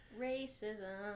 racism